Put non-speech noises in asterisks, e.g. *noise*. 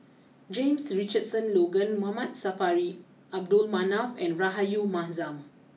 James Richardson Logan Mama Saffri *unintelligible* Manaf and Rahayu Mahzam